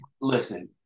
listen